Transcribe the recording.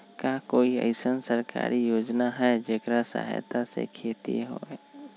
का कोई अईसन सरकारी योजना है जेकरा सहायता से खेती होय?